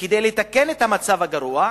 כדי לתקן את המצב הגרוע,